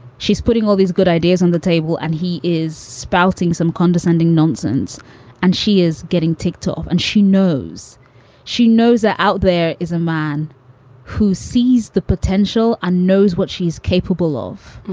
she's putting all these good ideas on the table and he is spouting some condescending nonsense and she is getting ticked off and she knows she noza out. there is a man who sees the potential and ah knows what she's capable of.